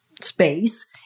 space